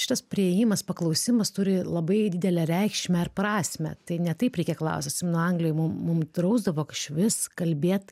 šitas priėjimas paklausimas turi labai didelę reikšmę ar prasmę tai ne taip reikia klaust atsimenu anglijoj mum mum drausdavo išvis kalbėt